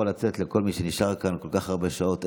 יכול לצאת לכל מי שנשאר כאן ער כל כך הרבה שעות.